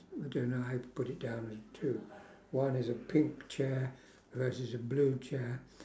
I don't know how to put it down as two one is a pink chair versus a blue chair